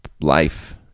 life